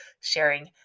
sharing